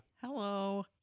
Hello